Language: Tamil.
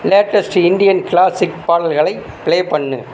லேட்டஸ்ட் இண்டியன் கிளாசிக் பாடல்களைப் பிளே பண்ணு